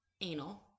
anal